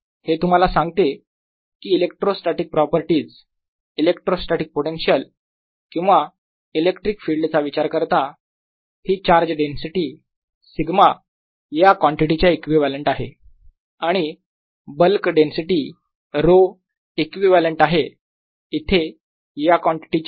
हे तुम्हाला सांगते की इलेक्ट्रोस्टॅटीक प्रॉपर्टीज इलेक्ट्रोस्टॅटीक पोटेन्शियल किंवा इलेक्ट्रिक फील्ड चा विचार करता ही चार्ज डेन्सिटी σ या कॉन्टिटी च्या इक्विवलेंट आहे आणि बल्क डेन्सिटी रो इक्विवलेंट आहे इथे या कॉन्टिटी च्या डायव्हरजन्स ऑफ p